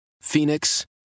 Phoenix